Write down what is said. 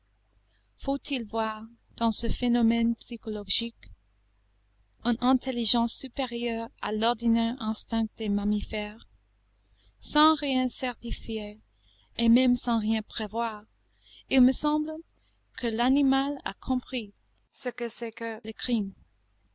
faut-il voir dans ce phénomène psychologique une intelligence supérieure à l'ordinaire instinct des mammifères sans rien certifier et même sans rien prévoir il me semble que l'animal a compris ce que c'est que le crime